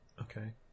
Okay